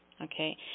okay